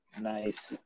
Nice